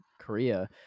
Korea